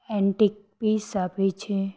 antique piece આપે છે